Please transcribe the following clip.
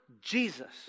Jesus